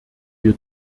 wir